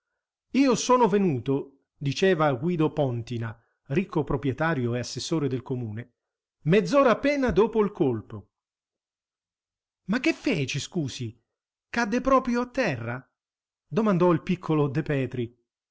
io sono venuto diceva guido póntina ricco proprietario e assessore del comune mezz'ora appena dopo il colpo ma che fece scusi cadde proprio a terra domandò il piccolo de petri